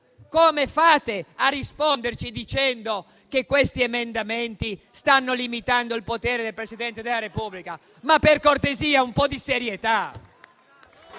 Come fate a risponderci dicendo che questi emendamenti stanno limitando il potere del Presidente della Repubblica? Per cortesia, un po' di serietà!